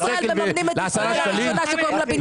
--- אזרחי ישראל מממנים את ישראל הראשונה שקוראים לה בנימין נתניהו.